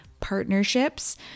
partnerships